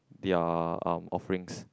their uh offerings